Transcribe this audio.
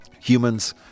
Humans